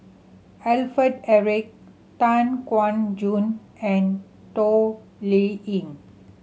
Alfred Eric Tan Kuan Choon and Toh Liying